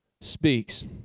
speaks